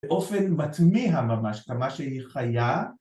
באופן מתמיה ממש, כמה שהיא חיה